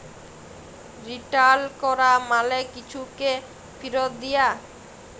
return ক্যরা মালে কিছুকে ফিরত দিয়া